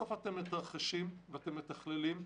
אתם מתרחשים ומתכללים,